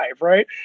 right